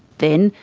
then,